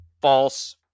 false